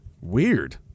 Weird